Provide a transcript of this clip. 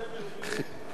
החוזה מלובלין.